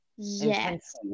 yes